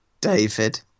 David